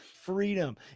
freedom